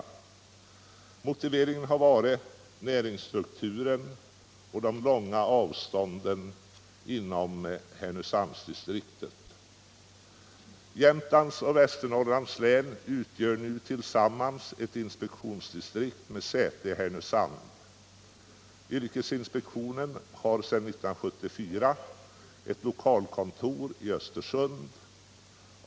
Motiveringen har varit näringsstrukturen och de långa avstånden inom Härnösandsdistriktet. Jämtlands och Västernorrlands län utgör nu tillsammans ett inspektionsdistrikt med säte i Härnösand. Yrkesinspektionen har sedan 1974 ett lokalkontor i Östersund.